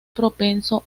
propenso